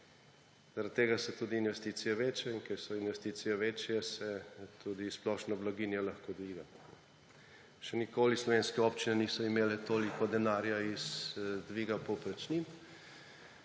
Zaradi tega so tudi investicije večje. In ker so investicije večje, se tudi splošna blaginja lahko dviga. Še nikoli slovenske občine niso imele toliko denarja iz dviga povprečnin,